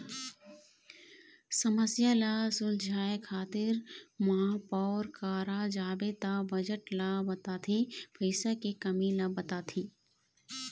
समस्या ल सुलझाए खातिर महापौर करा जाबे त बजट ल बताथे पइसा के कमी ल बताथे